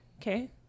Okay